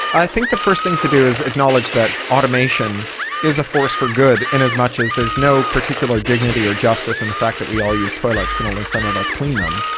i think the first thing to do is acknowledge that automation is a force for good in as much as there is no particular dignity or justice in the fact that we all use toilets but only some of us clean them,